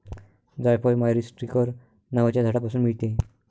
जायफळ मायरीस्टीकर नावाच्या झाडापासून मिळते